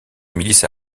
milice